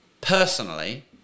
personally